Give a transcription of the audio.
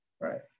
Right